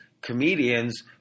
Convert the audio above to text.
comedians